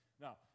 Now